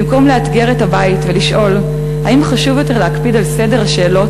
במקום לאתגר את הבית ולשאול אם חשוב יותר להקפיד על סדר השאלות